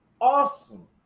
awesome